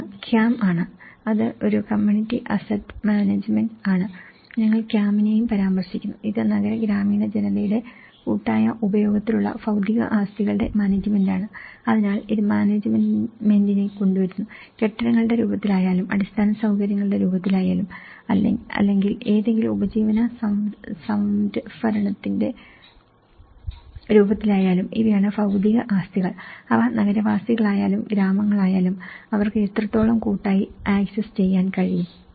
ഒന്ന് CAM ആണ് അത് ഒരു കമ്മ്യൂണിറ്റി അസറ്റ് മാനേജ്മെന്റ് ആണ് ഞങ്ങൾ CAM നെയും പരാമർശിക്കുന്നു ഇത് നഗര ഗ്രാമീണ ജനതയുടെ കൂട്ടായ ഉപയോഗത്തിലുള്ള ഭൌതിക ആസ്തികളുടെ മാനേജ്മെന്റാണ് അതിനാൽ ഇത് മാനേജ്മെന്റിനെ കൊണ്ടുവരുന്നു കെട്ടിടങ്ങളുടെ രൂപത്തിലായാലും അടിസ്ഥാന സൌകര്യങ്ങളുടെ രൂപത്തിലായാലും അല്ലെങ്കിൽ ഏതെങ്കിലും ഉപജീവന സംഭരണത്തിന്റെ രൂപത്തിലായാലും ഇവയാണ് ഭൌതിക ആസ്തികൾ ഇവ നഗരവാസികളായാലും ഗ്രാമങ്ങളായാലും അവർക്ക് എത്രത്തോളം കൂട്ടായി ആക്സസ് ചെയ്യാൻ കഴിയും